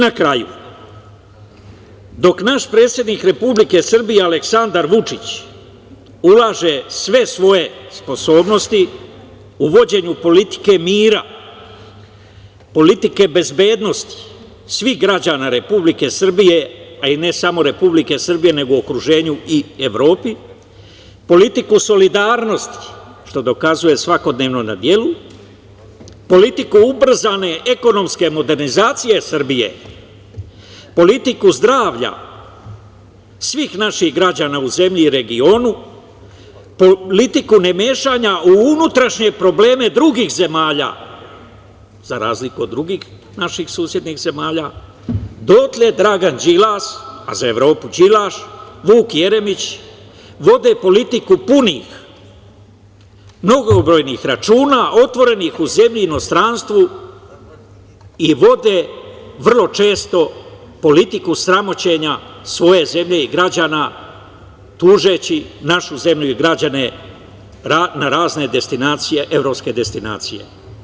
Na kraju, dok naš predsednik Republike Srbije, Aleksandar Vučić, ulaže sve svoje sposobnosti u vođenju politike mira, politike bezbednosti svih građana Republike Srbije, ne samo Republike Srbije, nego u okruženju i Evropi, politiku solidarnosti, što dokazuje svakodnevno na delu, politiku ubrzane ekonomske modernizacije Srbije, politiku zdravlja svih naših građana u zemlji i regionu, politiku nemešanja u unutrašnje probleme drugih zemalja, za razliku od drugih naših susednih zemalja, dotle Dragan Đilas, za Evropu Đilaš, i Vuk Jeremić vode politiku punih, mnogobrojnih računa otvorenih u zemlji i inostranstvu i vode vrlo često politiku sramoćenja svoje zemlje i građana tužeći našu zemlju i građane na razne destinacije, evropske destinacije.